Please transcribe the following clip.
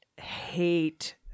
hate